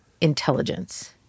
intelligence